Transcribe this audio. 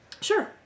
Sure